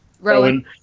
Rowan